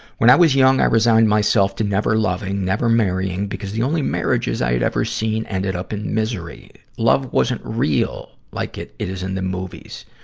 when i was young, i resigned myself to never loving, never marrying, because the only marriages i had ever seen ended up in misery. love wasn't real, like it it is in the movies.